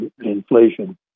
inflation